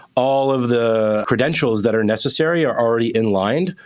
all of the credentials that are necessary are already in-lined.